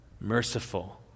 merciful